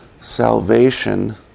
salvation